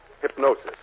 Hypnosis